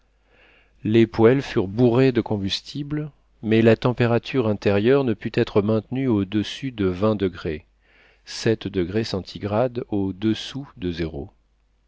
les poêles furent bourrés de combustible mais la température intérieure ne put être maintenue au-dessus de